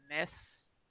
miss